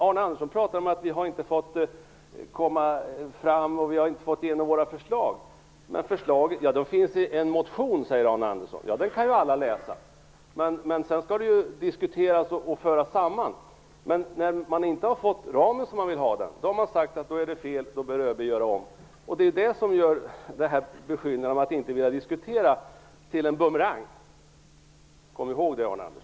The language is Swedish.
Arne Andersson pratar om att man inte har fått komma fram och att man inte har fått igenom sina förslag. Förslagen finns i en motion, säger Arne Andersson. Den kan alla läsa, men sedan skall förslagen diskuteras och föras samman. När man inte har fått ramen som man vill ha den har man sagt att det är fel och att man behöver göra om allting. Det är det som gör beskyllningen om att inte vilja diskutera till en bumerang. Kom ihåg det, Arne Andersson!